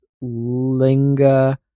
linger